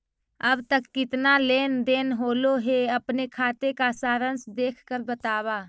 अब तक कितना लेन देन होलो हे अपने खाते का सारांश देख कर बतावा